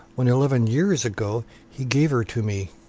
when eleven years ago he gave her to me.